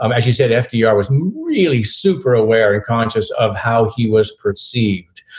um as you said, fdr was really super aware and conscious of how he was perceived,